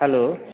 hello